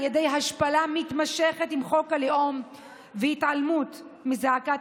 "על ידי השפלה מתמשכת עם חוק הלאום והתעלמות מזעקת